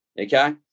okay